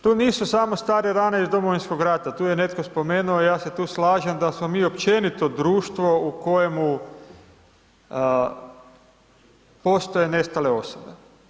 To nisu samo stare rane iz Domovinskog rata, tu je netko spomenuo, ja se tu slažem da smo mi općenito društvo u kojemu postoje nestale osobe.